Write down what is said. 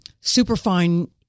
Superfine